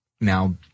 now